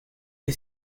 que